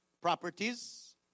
properties